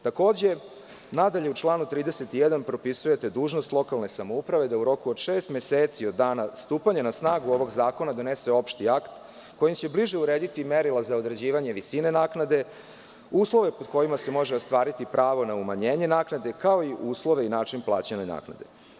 Takođe, u članu 31. propisujete dužnost lokalne samouprave da u roku od šest meseci od dana stupanja na snagu ovog zakona donese opšti akt kojim će bliže urediti merila za određivanje visine naknade, uslove pod kojima se može ostvariti pravo na umanjenje naknade, kao i uslove i način plaćanja naknade.